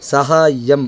सहाय्यम्